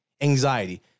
anxiety